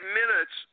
minutes